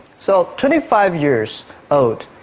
so twenty five years old